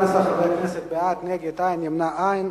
בעד 11 חברי כנסת, מתנגדים, אין, נמנעים, אין.